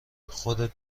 خودت